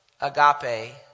Agape